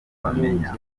bamenya